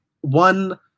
one